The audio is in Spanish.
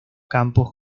campos